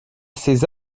ces